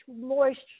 moisture